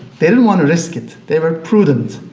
they didn't want to risk it. they were prudent,